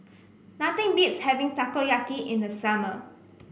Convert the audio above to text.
nothing beats having Takoyaki in the summer